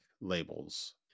labels